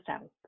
south